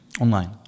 online